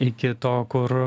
iki to kur